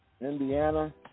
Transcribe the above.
Indiana